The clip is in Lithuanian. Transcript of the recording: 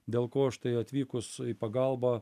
dėl ko štai atvykus į pagalbą